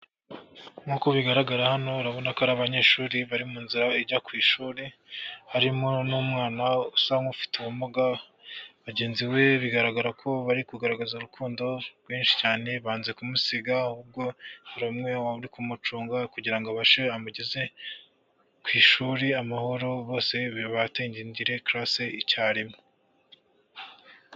Nk'uko bigaragara hano, urabona ko ari abanyeshuri bari mu nzira ijya ku ishuri; harimo n'umwana usa nk'ufite ubumuga; bagenzi be bigaragara ko bari kugaragaza urukundo rwinshi cyane; banze kumusiga ahubwo hari umwe uri kumucunga kugira ngo amugeze ku ishuri amahoro bose bategindingire classe icyarimwe.